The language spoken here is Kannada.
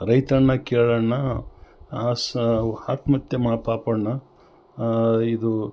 ರೈತಣ್ಣ ಕೇಳಣ್ಣ ಆ ಸಾವು ಆತ್ಮಹತ್ಯೆ ಮಹಾ ಪಾಪಣ್ಣ ಇದು